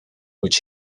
which